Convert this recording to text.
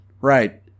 Right